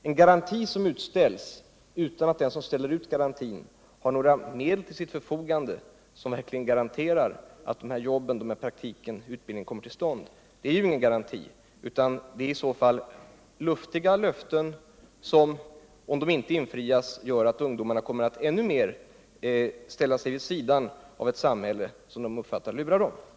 En garanti som utställs utan att den som ställer ut den har några medel till sitt förfogande som verkligen garanterar att jobben, praktiken eller utbildningen kommer till stånd är ju ingen garanti utan i så fall luftiga löften som, om de inte infrias, gör att ungdomarna ännu mer kommer att ställa sig vid sidan av ett samhälle som de uppfattar så att det lurar dem.